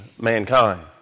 mankind